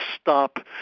stop